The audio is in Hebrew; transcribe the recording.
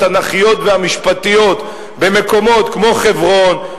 התנ"כיות והמשפטיות במקומות כמו חברון,